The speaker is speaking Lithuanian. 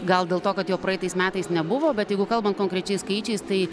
gal dėl to kad jo praeitais metais nebuvo bet jeigu kalbant konkrečiais skaičiais tai